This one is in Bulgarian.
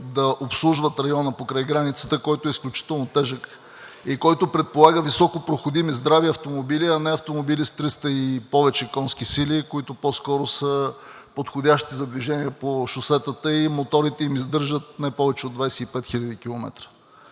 да обслужват района покрай границата, който е изключително тежък и който предполага високопроходими здрави автомобили, а не автомобили с 300 и повече конски сили, които по-скоро са подходящи за движение по шосетата, и моторите им издържат не повече от 25 000 км.